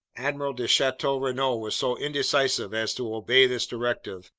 admiral de chateau-renault was so indecisive as to obey this directive,